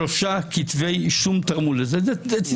שלושה כתבי אישום תרמו לזה".